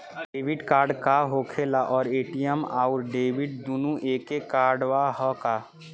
Debit card का होखेला और ए.टी.एम आउर डेबिट दुनों एके कार्डवा ह का?